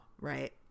right